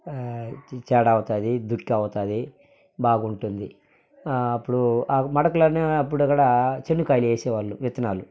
చాడ అవుతుంది దుక్కి అవుతుంది బాగుంటుంది అప్పుడు మడకలనేవి అప్పుడు అక్కడ శనగకాయలు వేసే వాళ్ళు విత్తనాలు